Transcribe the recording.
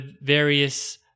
various